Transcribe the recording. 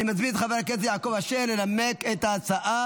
אני מזמין את חבר הכנסת יעקב אשר לנמק את ההצעה,